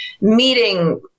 meeting